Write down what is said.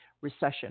recession